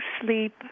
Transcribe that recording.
sleep